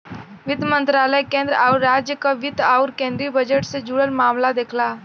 वित्त मंत्रालय केंद्र आउर राज्य क वित्त आउर केंद्रीय बजट से जुड़ल मामला देखला